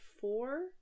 four